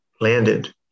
landed